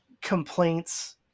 complaints